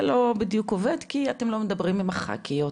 לא בדיוק עובד כי אתם לא מדברים עם הח"כיות.